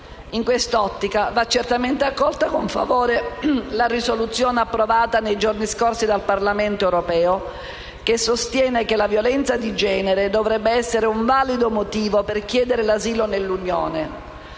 In quest'ottica va certamente accolta con favore la risoluzione, approvata nei giorni scorsi dal Parlamento europeo, che sostiene che la violenza di genere dovrebbe essere un valido motivo per richiedere l'asilo nell'Unione: